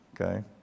okay